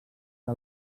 que